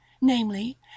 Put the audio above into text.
namely